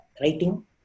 writing